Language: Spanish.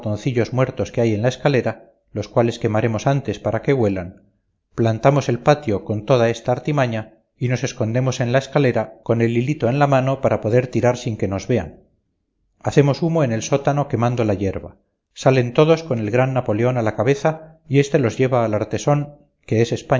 ratoncillos muertos que hay en la escalera los cuales quemaremos antes para que huelan plantamos en el patio toda esta artimaña y nos escondemos en la escalera con el hilito en la mano para poder tirar sin que nos vean hacemos humo en el sótano quemando la yerba salen todos con el gran napoleón a la cabeza y este los lleva al artesón que es